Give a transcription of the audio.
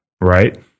Right